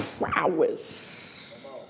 prowess